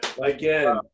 again